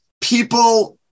People